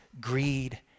greed